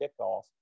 kickoff